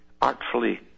artfully